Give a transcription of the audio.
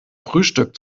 frühstück